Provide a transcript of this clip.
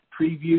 preview